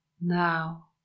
now